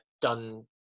done